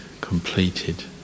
completed